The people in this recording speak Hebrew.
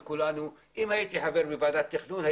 אם הייתי חבר בוועדת תכנון,